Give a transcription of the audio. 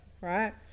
right